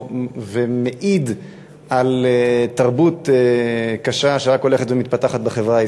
ומעיד על תרבות קשה שרק הולכת ומתפתחת בחברה הישראלית.